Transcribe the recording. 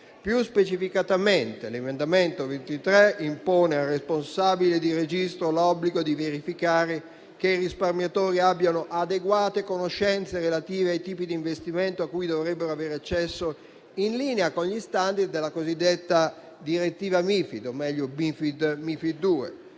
Più specificatamente, l'emendamento 23.100 impone al responsabile di registro l'obbligo di verificare che i risparmiatori abbiano adeguate conoscenze relative ai tipi di investimento a cui dovrebbero avere accesso, in linea con gli *standard* della cosiddetta direttiva Markets in